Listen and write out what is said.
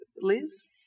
Liz